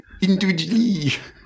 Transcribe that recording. individually